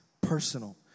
personal